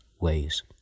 ways